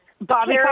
Bobby